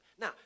Now